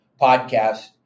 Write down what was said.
podcast